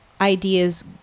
ideas